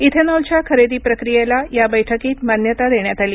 इथेनॉलच्या खरेदी प्रक्रियेला या बैठकीत मान्यता देण्यात आली